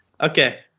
Okay